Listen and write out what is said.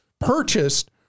purchased